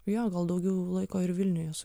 jo gal daugiau laiko ir vilniuj esu